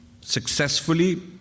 successfully